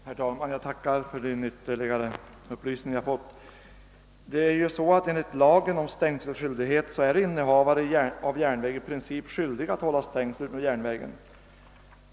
Herr talman! Jag tackar för de ytterligare upplysningar som jag nu har fått. Enligt lagen om stängselskyldighet för järnväg är innehavare av järnväg i princip skyldig att hålla stängsel utmed järnvägen.